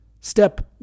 step